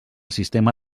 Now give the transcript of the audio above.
sistema